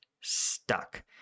stuck